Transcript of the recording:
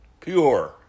Pure